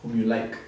whom you like